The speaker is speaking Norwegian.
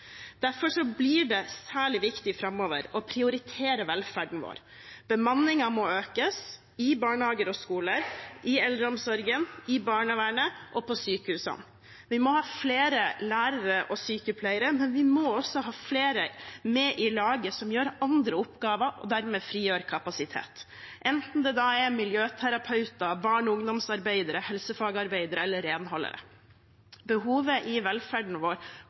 Derfor blir det særlig viktig framover å prioritere velferden vår. Bemanningen må økes i barnehager og skoler, i eldreomsorgen, i barnevernet og på sykehusene. Vi må ha flere lærere og sykepleiere, men vi må også ha flere med i laget som gjør andre oppgaver, og dermed frigjør kapasitet, enten det er miljøterapeuter, barne- og ungdomsarbeidere, helsefagarbeidere eller renholdere. Behovet i velferden vår